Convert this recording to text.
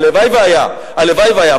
הלוואי שהיה, הלוואי היה.